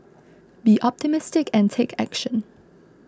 be optimistic and take action